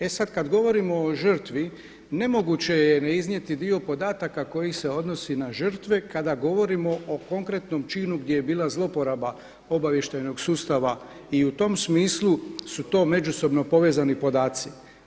E sad kad govorimo o žrtvi nemoguće je ne iznijeti dio podataka koji se odnosi na žrtve kada govorimo o konkretnom činu gdje je bila zlouporaba obavještajnog sustava i u tom smislu su to međusobno povezani podaci.